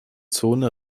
zone